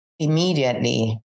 Immediately